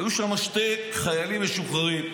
היו שם שני חיילים משוחררים,